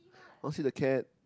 want see the cat